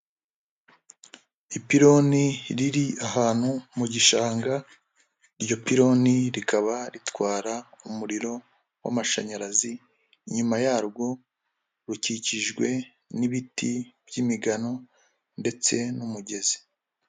Ipironi riri ahantu mu gishanga, iryo pironi rikaba ritwara umuriro w'amashanyarazi, inyuma yarwo rukikijwe n'ibiti by'imigano ndetse n'umugezi.